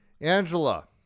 Angela